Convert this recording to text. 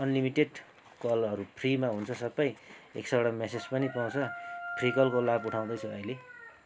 unlimited कलहरू फ्रिमा हुन्छ सबै एक सयवटा म्यासेज पनि पाउँछ फ्रि कलको लाभ उठाउँदैछु अहिले